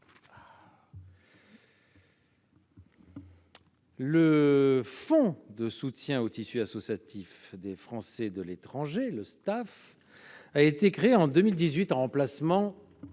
Le fonds de soutien au tissu associatif des Français de l'étranger, le Stafe, a été créé en 2018 en remplacement de la